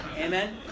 amen